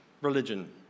religion